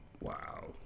Wow